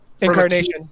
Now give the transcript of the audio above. incarnation